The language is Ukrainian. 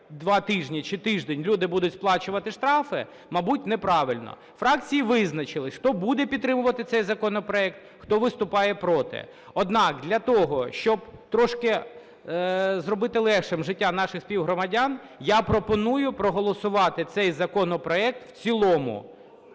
2 тижні чи тиждень люди будуть сплачувати штрафи, мабуть, неправильно. Фракції визначились, хто буде підтримувати цей законопроект, хто виступає проти. Однак для того, щоб трошки зробити легшим життя наших співгромадян я пропоную проголосувати цей законопроект в цілому.